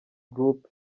group